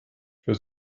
für